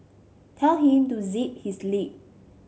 tell him to zip his lip